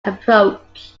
approach